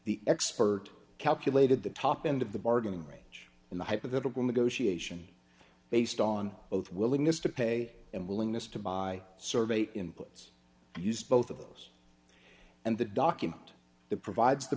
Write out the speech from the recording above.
the expert calculated the top end of the bargain range in the hypothetical negotiation based on both willingness to pay and willingness to buy survey inputs used both of those and the document the provides the